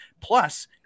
Plus